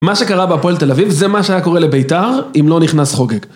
מה שקרה בהפועל תל אביב זה מה שהיה קורה לבית"ר אם לא נכנס חוגג.